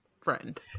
friend